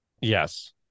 yes